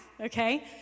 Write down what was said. okay